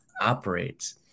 operates